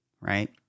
right